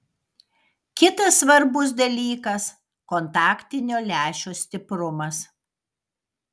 kitas svarbus dalykas kontaktinio lęšio stiprumas